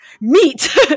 meat